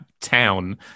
town